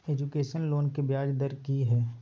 Education loan के ब्याज दर की हय?